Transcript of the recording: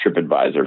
TripAdvisor